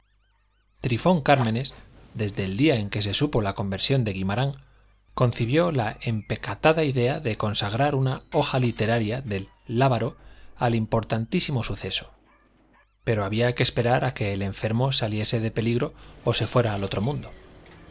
trifón cármenes desde el día en que se supo la conversión de guimarán concibió la empecatada idea de consagrar una hoja literaria del lábaro al importantísimo suceso pero había que esperar a que el enfermo saliese de peligro o se fuera al otro mundo